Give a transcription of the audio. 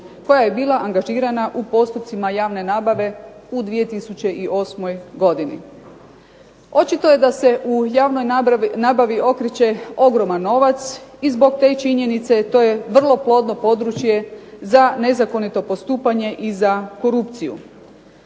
koja je bila angažirana u postupcima javne nabave u 2008. godini. Očito je da se u javnoj nabavi okreće ogroman novac i zbog te činjenice to je vrlo plodno područje za nezakonito postupanje i za korupciju.